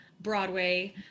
Broadway